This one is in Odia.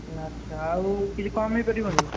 ଆଛା ଆଉ କିଛି କମ୍ ହୋଇପାରିବନି